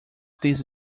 these